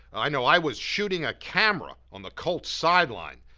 i know i was shooting a camera on the colts sideline,